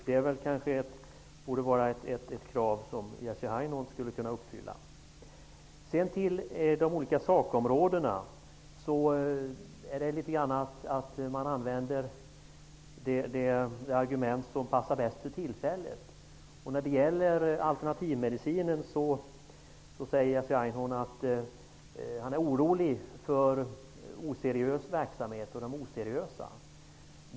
Det borde vara ett krav som Jerzy Einhorn skulle kunna uppfylla. Sedan till de olika sakområdena. Man använder de argument som passar bäst för tillfället. Jerzy Einhorn säger att han är orolig för oseriös verksamhet när det gäller alternativmedicin.